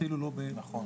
אפילו לא חלקית,